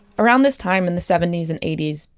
around this time in the seventy s and eighty s,